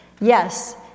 Yes